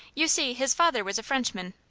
you see, his father was a frenchman.